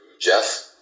Jeff